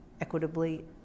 equitably